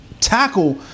tackle